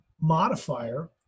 modifier